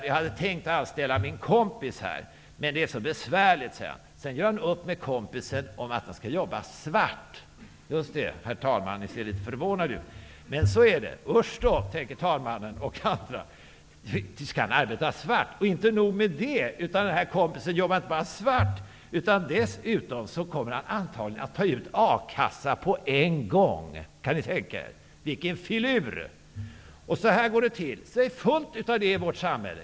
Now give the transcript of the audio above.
Jag hade tänkt att anställa min kompis, men det är så besvärligt. Sedan gör enmansföretagaren upp med kompisen om att kompisen skall jobba svart. Just det, herr talman. Ni ser litet förvånad ut? Usch då, tänker talmannen och andra, skall kompisen arbeta svart? Och inte nog med det, den här kompisen jobbar inte bara svart utan han kommer antagligen att dessutom ta ut från a-kassan på samma gång. Kan ni tänka er, vilken filur! Så här går det till. Detta pågår för fullt i vårt samhälle.